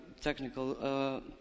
technical